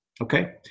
okay